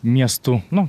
miestų nu